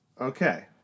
Okay